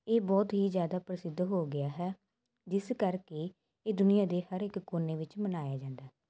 ਇਹ ਬਹੁਤ ਹੀ ਜ਼ਿਆਦਾ ਪ੍ਰਸਿੱਧ ਹੋ ਗਿਆ ਹੈ ਜਿਸ ਕਰਕੇ ਇਹ ਦੁਨੀਆਂ ਦੇ ਹਰ ਇੱਕ ਕੋਨੇ ਵਿੱਚ ਮਨਾਇਆ ਜਾਂਦਾ